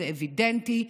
זה אווידנטי,